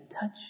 touch